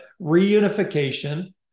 reunification